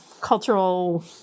cultural